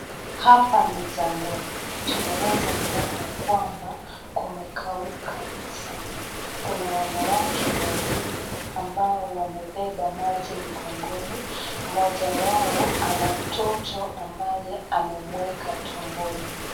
Hapa ni jangwani, tunaweza kuona kwamba kumekauka sana, kuna wanawake wawili ambao wamebeba maji mgongoni , moja wao ana mtoto ambaye amemweka tumboni.